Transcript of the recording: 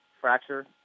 fracture